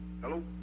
Hello